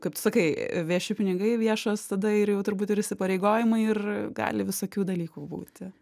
kaip tu sakai vieši pinigai viešos tada ir jau turbūt ir įsipareigojimai ir gali visokių dalykų būti